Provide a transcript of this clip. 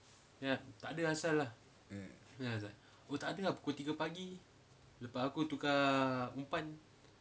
mm